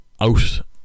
out